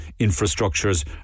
infrastructures